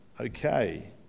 Okay